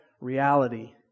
reality